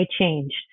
changed